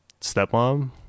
stepmom